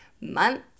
month